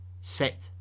Set